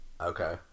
Okay